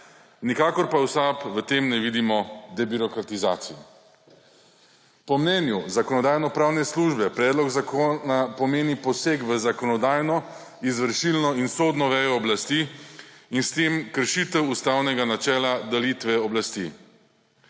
nikakor pa v SAB v tem ne vidimo debirokratizacije. Po mnenju Zakonodajno-pravne službe predlog zakona pomeni poseg v zakonodajno, izvršilno in sodno vejo oblasti in s tem kršitev ustavnega načela delitve oblasti.